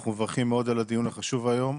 אנחנו מברכים מאוד על הדיון החשוב היום.